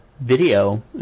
video